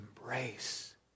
embrace